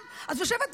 את בושה.